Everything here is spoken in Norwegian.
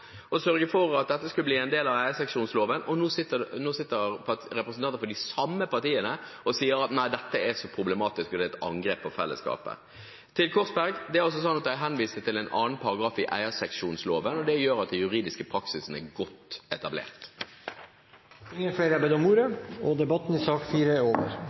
å sørge for at dette skulle bli en del av eierseksjonsloven, og nå sitter det representanter fra de samme partiene her og sier at nei, dette er så problematisk, og det er et angrep på fellesskapet. Til Korsberg: Det er altså slik at jeg henviste til en annen paragraf i eierseksjonsloven. Det gjør at de juridiske praksisene er godt etablert. Flere har ikke bedt om ordet til sak